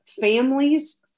families